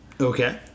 Okay